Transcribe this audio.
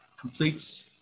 Completes